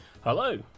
Hello